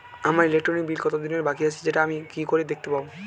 আমার electric bill কত দিনের বাকি আছে সেটা আমি কি করে দেখতে পাবো?